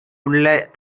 உள்ள